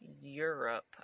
Europe